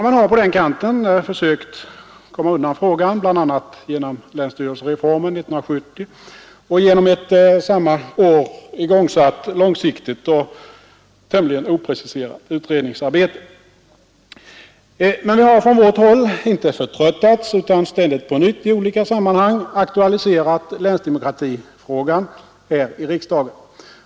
Man har på den kanten försökt komma undan frågan bl.a. genom länsstyrelsereformen 1970 och genom ett samma år igångsatt långsiktigt och tämligen opreciserat utredningsarbete. Men vi har från vårt håll inte förtröttats utan ständigt på nytt i olika sammanhang aktualiserat länsdemokratifrågan här i riksdagen.